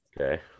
Okay